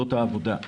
זאת העבודה,